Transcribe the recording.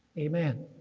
amen.